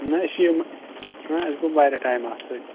نہَ أسۍ چھِ ییٚمہِ نا اَسہِ گوٚو واریاہ ٹایِم اَتھ سٟتۍ